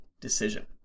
decision